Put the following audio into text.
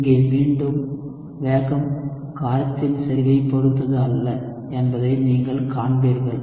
இங்கே மீண்டும் வேகம் காரத்தின் செறிவைப் பொறுத்தது அல்ல என்பதை நீங்கள் காண்பீர்கள்